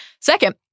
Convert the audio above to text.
Second